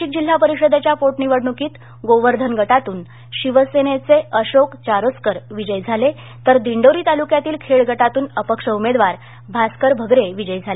नाशिक जिल्हा परिषदेच्या पोटनिवडणूकीत गोवर्धन गटातून शिवसेनेचे अशोक चारोस्कर विजयी झाले तर दिंडोरी तालुक्यातील खेड गटातून अपक्ष उमेदवार भास्कर भगरे विजयी झाले